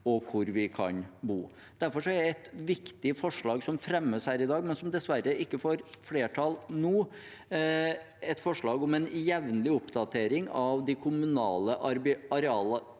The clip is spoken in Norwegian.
Derfor er et viktig forslag som fremmes her i dag, men som dessverre ikke får flertall nå, et forslag om en jevnlig oppdatering av de kommunale arealplanene